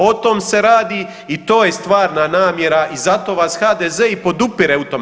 O tom se radi i to je stvarna namjera i zato vas HDZ i podupire u tome.